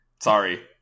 Sorry